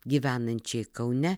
gyvenančiai kaune